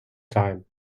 time